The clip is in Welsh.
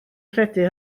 credu